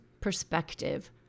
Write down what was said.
perspective